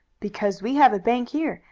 because we have a bank here,